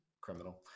criminal